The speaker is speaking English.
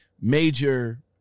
major